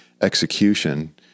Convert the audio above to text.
execution